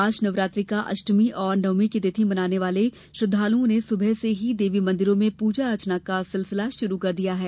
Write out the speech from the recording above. आज नवरात्रि का अष्टमी और नवमी की तिथि मानने वाले श्रद्धालओं ने सबह से ही देवी मंदिरों में पुजा अर्चना का सिलसिला शुरू कर दिया है